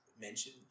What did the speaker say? mention